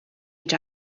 each